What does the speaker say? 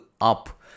up